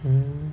mm